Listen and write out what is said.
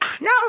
no